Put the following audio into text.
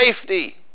safety